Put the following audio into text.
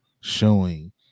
showing